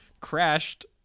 crashed